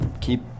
keep